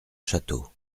château